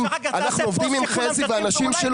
אנחנו עושים תעשייה חקלאות ובנייה,